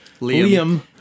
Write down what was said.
Liam